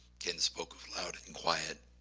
ken spoke of loud and quiet.